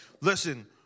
Listen